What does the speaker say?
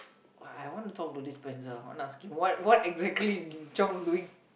I want to talk to this person I want to ask him what what exactly Chong doing